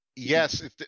Yes